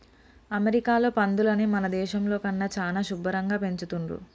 అమెరికాలో పందులని మన దేశంలో కన్నా చానా శుభ్భరంగా పెంచుతున్రు